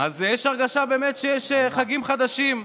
יש הרגשה שיש חגים חדשים.